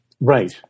Right